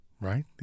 right